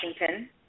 Washington